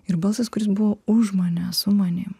ir balsas kuris buvo už mane su manim